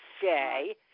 say